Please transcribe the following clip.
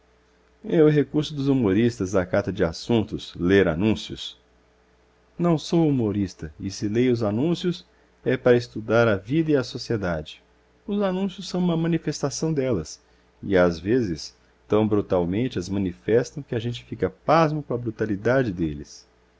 é o recurso dos humoristas à cata de assuntos ler anúncios não sou humorista e se leio os anúncios é para estudar a vida e a sociedade os anúncios são uma manifestação delas e às vezes tão brutalmente as manifestam que a gente fica pasmo com a brutalidade deles